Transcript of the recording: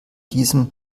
diesem